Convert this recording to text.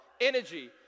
energy